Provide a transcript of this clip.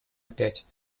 опять